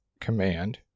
command